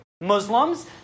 Muslims